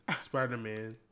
Spider-Man